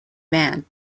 band